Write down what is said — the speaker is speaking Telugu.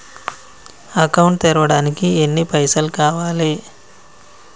అకౌంట్ తెరవడానికి ఎన్ని పైసల్ కావాలే?